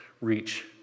reach